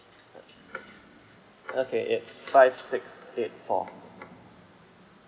okay it's five six eight four